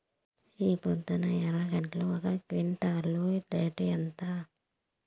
ఈపొద్దు ఎర్రగడ్డలు ఒక క్వింటాలు రేటు ఎంత?